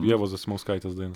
ievos zasimauskaitės daina